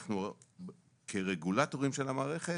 אנחנו כרגולטורים של המערכת,